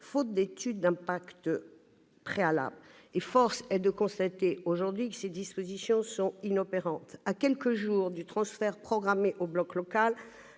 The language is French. faute d'étude d'impact préalable. Force est de constater aujourd'hui que ces dispositions sont inopérantes. À quelques jours du transfert programmé au bloc local,